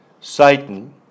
Satan